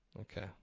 Okay